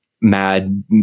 Mad